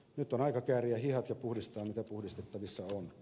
nyt on aika kääriä hihat ja puhdistaa mitä puhdistettavissa on